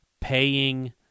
paying